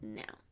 now